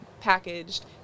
packaged